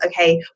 okay